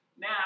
Now